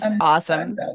awesome